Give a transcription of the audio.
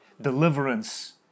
Deliverance